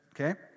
Okay